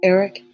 Eric